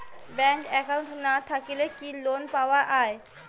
Bank account না থাকিলে কি লোন পাওয়া য়ায়?